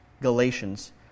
Galatians